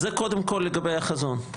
זה קודם כל לגבי החזון.